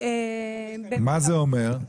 מה זה אומר?